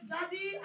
Daddy